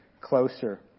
closer